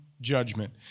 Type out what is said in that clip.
judgment